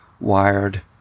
wired